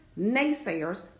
naysayers